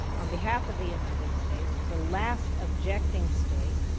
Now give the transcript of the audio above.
on behalf of the united states, the last objecting state,